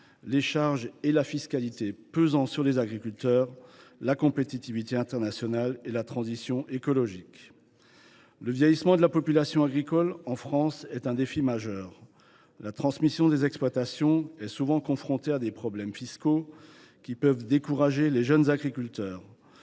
les charges et la fiscalité qui pèsent sur les agriculteurs, la compétitivité internationale, la transition écologique. Le vieillissement de la population agricole en France est un défi majeur. Et la transmission des exploitations se heurte souvent à des problèmes fiscaux qui peuvent décourager les jeunes agriculteurs.